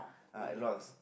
uh a loss